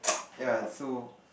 ya so